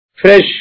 fresh